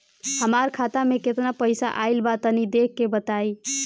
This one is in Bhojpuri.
हमार खाता मे केतना पईसा आइल बा तनि देख के बतईब?